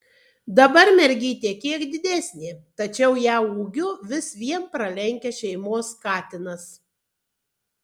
dabar mergytė kiek didesnė tačiau ją ūgiu vis vien pralenkia šeimos katinas